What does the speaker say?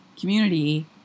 community